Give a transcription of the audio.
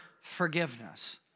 forgiveness